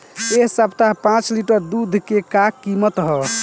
एह सप्ताह पाँच लीटर दुध के का किमत ह?